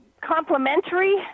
complementary